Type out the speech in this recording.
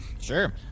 sure